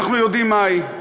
אנחנו יודעים מהי,